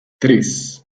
tres